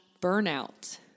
burnout